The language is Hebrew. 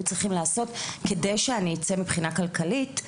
צריכים לעשות מבחינה כלכלית כדי שאני אצא,